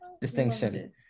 distinction